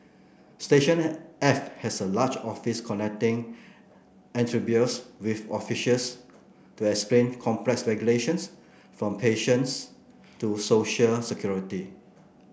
Station F has a large office connecting entrepreneurs with officials to explain complex regulations from patents to social security